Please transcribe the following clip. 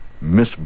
Miss